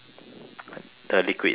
the liquid is coming out